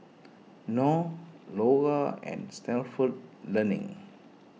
Knorr Lora and Stalford Learning